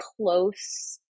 close